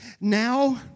now